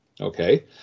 Okay